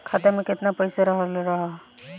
खाता में केतना पइसा रहल ह?